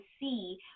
see